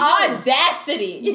audacity